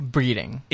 Breeding